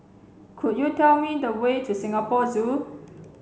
could you tell me the way to Singapore Zoo